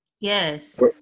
Yes